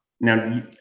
now